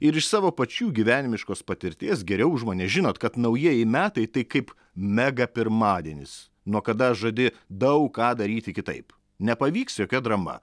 ir iš savo pačių gyvenimiškos patirties geriau už mane žinot kad naujieji metai tai kaip megapirmadienis nuo kada žadi daug ką daryti kitaip nepavyks jokia drama